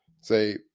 say